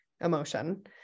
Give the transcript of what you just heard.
emotion